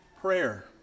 prayer